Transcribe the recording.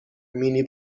مینی